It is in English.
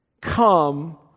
come